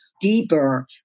deeper